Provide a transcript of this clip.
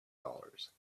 dollars